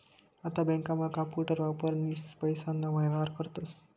आता बँकांमा कांपूटर वापरीसनी पैसाना व्येहार करतस